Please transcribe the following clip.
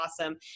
awesome